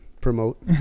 promote